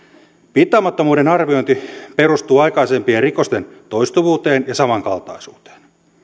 piittaamattomuuden arviointi perustuu aikaisempien rikosten toistuvuuteen ja samankaltaisuuteen